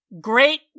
Great